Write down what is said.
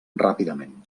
ràpidament